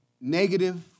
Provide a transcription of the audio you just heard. negative